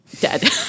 dead